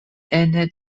ene